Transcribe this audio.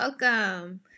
welcome